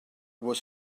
was